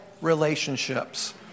relationships